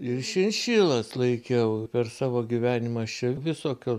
ir šinšilas laikiau per savo gyvenimą aš čia visokio